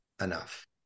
enough